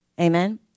Amen